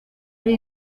ari